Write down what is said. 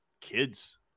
kids